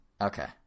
Okay